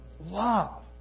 Love